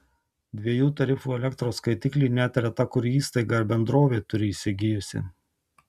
dviejų tarifų elektros skaitiklį net reta kuri įstaiga ar bendrovė turi įsigijusi